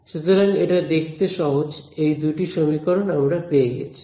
সুতরাং এটা দেখতে সহজ এই দুটি সমীকরণ আমরা পেয়েছি